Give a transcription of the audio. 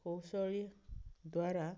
କୌଶଳୀ ଦ୍ୱାରା